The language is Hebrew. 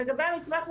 לגבי מסמך המדיניות,